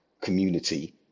community